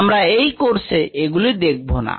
আমরা এই কোর্সে এগুলি দেখবো না